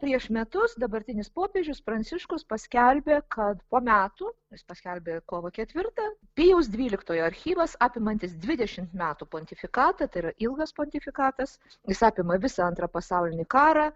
prieš metus dabartinis popiežius pranciškus paskelbė kad po metų jis paskelbė kovo ketvirtą pijaus dvyliktojo archyvas apimantis dvidešim metų pontifikatą tai yra ilgas pontifikatas jis apima visą antrą pasaulinį karą